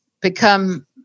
become